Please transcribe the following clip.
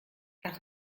ach